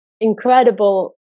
incredible